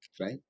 right